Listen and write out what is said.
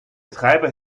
treiber